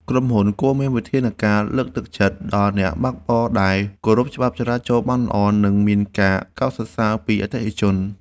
ក្រុមហ៊ុនគួរមានវិធានការលើកទឹកចិត្តដល់អ្នកបើកបរដែលគោរពច្បាប់ចរាចរណ៍បានល្អ និងមានការកោតសរសើរពីអតិថិជន។